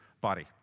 body